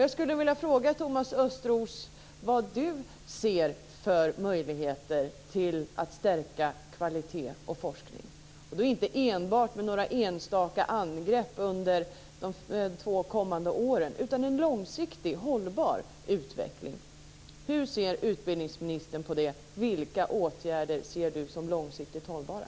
Jag skulle vilja fråga vad Thomas Östros ser för möjligheter att stärka kvalitet och forskning - då inte enbart med några enstaka insatser under de två kommande åren utan insatser för en långsiktig och hållbar utveckling. Hur ser utbildningsministern på detta? Vilka åtgärder ser utbildningsministern som långsiktigt hållbara?